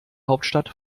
hauptstadt